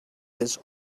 this